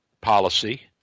policy